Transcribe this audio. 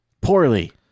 Poorly